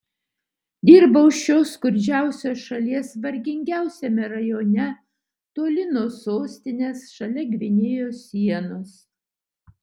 dirbau šios skurdžiausios šalies vargingiausiame rajone toli nuo sostinės šalia gvinėjos sienos